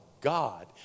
God